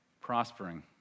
prospering